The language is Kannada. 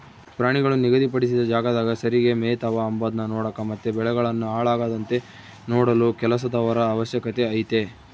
ಪ್ರಾಣಿಗಳು ನಿಗಧಿ ಪಡಿಸಿದ ಜಾಗದಾಗ ಸರಿಗೆ ಮೆಯ್ತವ ಅಂಬದ್ನ ನೋಡಕ ಮತ್ತೆ ಬೆಳೆಗಳನ್ನು ಹಾಳಾಗದಂತೆ ನೋಡಲು ಕೆಲಸದವರ ಅವಶ್ಯಕತೆ ಐತೆ